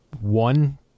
one